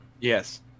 Yes